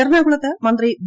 എറണാകുളത്ത് മന്ത്രി വി